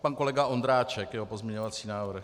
Pan kolega Ondráček, jeho pozměňovací návrh.